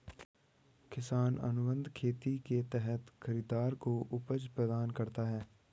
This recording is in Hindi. किसान अनुबंध खेती के तहत खरीदार को उपज प्रदान करता है